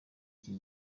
iki